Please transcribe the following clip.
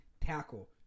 tackle